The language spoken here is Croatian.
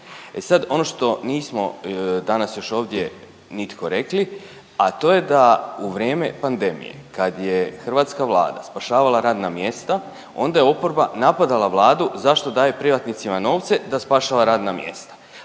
sad ono što nismo danas još ovdje nitko rekli, a to je da u vrijeme pandemije, kad je hrvatska Vlada spašavala radna mjesta, onda je oporba napadala Vladu zašto daje privatnicima novce da spašava radna mjesta,